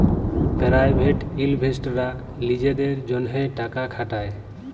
private ইলভেস্টাররা লিজেদের জ্যনহে টাকা খাটায়